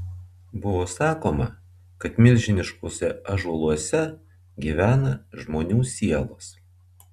buvo sakoma kad milžiniškuose ąžuoluose gyvena žmonių sielos